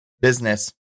business